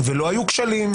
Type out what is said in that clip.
ולא "היו כשלים",